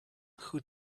who